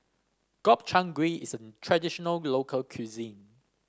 Gobchang Gui is a traditional local cuisine